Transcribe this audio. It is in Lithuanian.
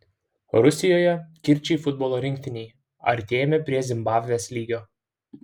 rusijoje kirčiai futbolo rinktinei artėjame prie zimbabvės lygio